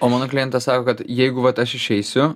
o mano klientas sako kad jeigu vat aš išeisiu